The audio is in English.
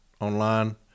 online